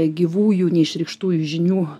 gyvųjų neišreikštų žinių